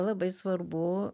labai svarbu